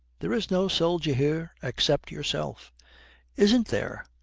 there is no soldier here except yourself isn't there?